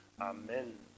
Amen